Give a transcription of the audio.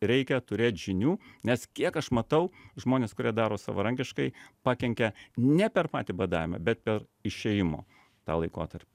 reikia turėt žinių nes kiek aš matau žmonės kurie daro savarankiškai pakenkia ne per patį badavimą bet per išėjimo tą laikotarpį